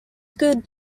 good